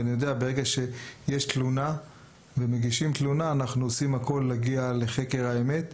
אבל אני יודע שברגע שמגישים תלונה אנחנו עושים הכל כדי להגיע לחקר האמת.